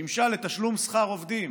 שימשה לתשלום שכר עובדים,